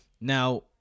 Now